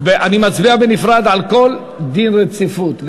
אני מצביע בנפרד על כל דין רציפות,